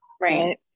Right